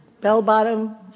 bell-bottom